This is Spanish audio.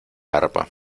arpa